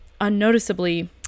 unnoticeably